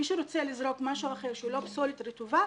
מי שרוצה לזרוק משהו אחר שהוא לא פסולת רטובה,